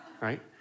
right